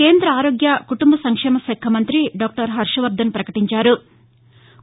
కేంద ఆరోగ్య కుటుంబ సంక్షేమశాఖ మంతి దాక్టర్ హర్షవర్దన్ పకటించారు